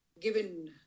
given